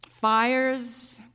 fires